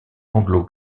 anglo